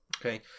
okay